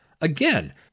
Again